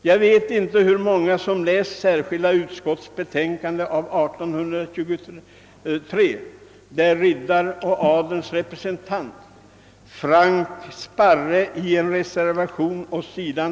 Jag vet inte hur många som läst Särskildta Utskotts betänkande av år 1823 där adelns representant B. Franc Sparre i en reservation på s.